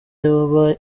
yoba